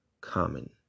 common